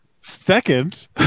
Second